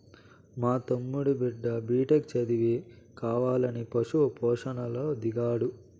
మా తమ్ముడి బిడ్డ బిటెక్ చదివి కావాలని పశు పోషణలో దిగాడు